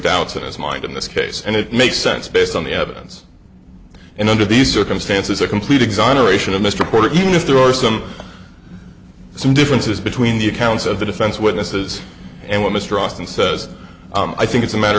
doubts in his mind in this case and it makes sense based on the evidence and under these circumstances a complete exoneration of mr porter even if there are some some differences between the accounts of the defense witnesses and what mr austin says i think it's a matter